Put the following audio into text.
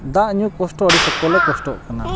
ᱫᱟᱜ ᱧᱩ ᱠᱚᱥᱴᱚ ᱟᱹᱰᱤ ᱥᱚᱠᱛᱚ ᱞᱮ ᱠᱚᱥᱴᱚᱜ ᱠᱟᱱᱟ